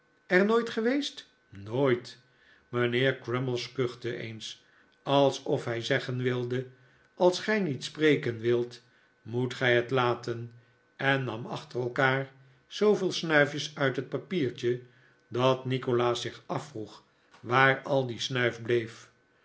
er nooit geweest nooit mijnheer crummies kuchte eens alsof hij zeggen wilde als gij niet spreken wilt moet gij het laten en nam achter elkaar zooveel snuifjes uit het papiertje dat nikolaas zich afvroeg waar al die snuif bleef